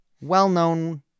well-known